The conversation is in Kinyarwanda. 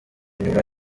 nyuma